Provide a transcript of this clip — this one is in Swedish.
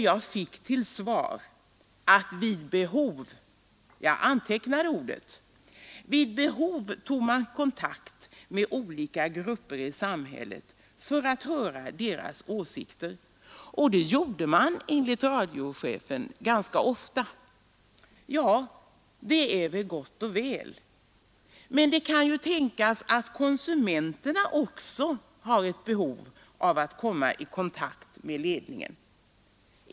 Jag fick till svar att man vid behov — jag antecknade orden — tog kontakt med olika grupper i samhället för att höra deras åsikter. Det gjorde man enligt radiochefen ganska ofta. Ja, det är gott och väl, men det kan ju tänkas, att konsumenterna också har ett behov av att komma i kontakt med ledningen.